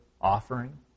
offering